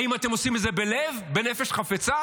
האם אתם עושים את זה בלב, בנפש חפצה